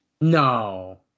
No